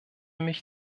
mich